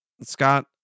Scott